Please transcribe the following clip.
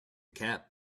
cap